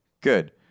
good